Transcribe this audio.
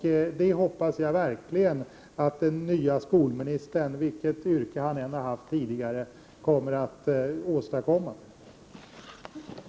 Jag hoppas verkligen att den nya skolministern, vilket yrke han än har haft tidigare, skall åstadkomma det.